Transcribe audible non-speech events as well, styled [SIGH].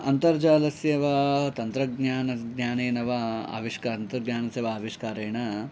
अन्तर्जालस्य वा तन्त्रज्ञानस्य ज्ञानेन वा [UNINTELLIGIBLE] अविष्कारेण